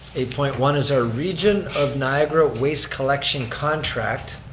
eight point one is our region of niagara waste collection contract.